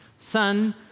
Son